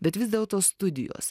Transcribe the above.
bet vis dėlto studijos